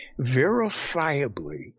verifiably